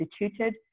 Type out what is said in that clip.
instituted